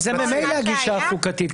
זאת ממילא הגישה החוקתית.